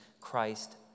Christ